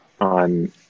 on